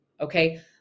Okay